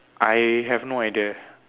I have no idea